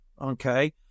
okay